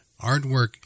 Artwork